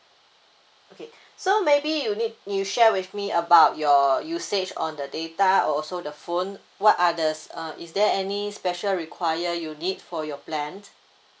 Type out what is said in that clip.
okay so maybe you need you share with me about your usage on the data or also the phone what are the um is there any special require you need for your plans